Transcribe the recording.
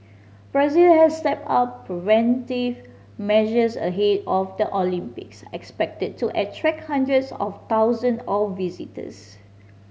Brazil has stepped up preventive measures ahead of the Olympics expected to attract hundreds of thousand of visitors